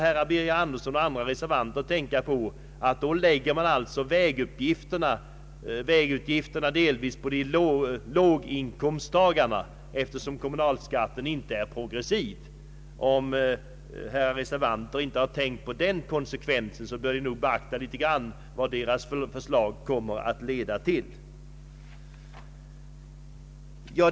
Herr Birger Andersson och övriga reservanter bör tänka på att man då delvis lägger vägutgifterna på låginkomsttagarna, eftersom kommunalskatten inte är progressiv. Herrar reservanter bör alltså tänka på vad deras förslag leder till.